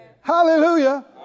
Hallelujah